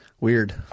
Weird